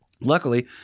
Luckily